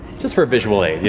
just for a visual aid, you